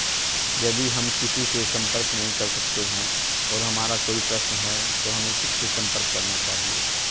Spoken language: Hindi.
यदि हम किसी से संपर्क नहीं कर सकते हैं और हमारा कोई प्रश्न है तो हमें किससे संपर्क करना चाहिए?